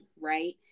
right